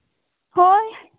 ᱦᱳᱭ